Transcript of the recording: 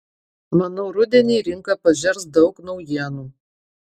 manau rudenį rinka pažers daug naujienų